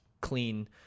clean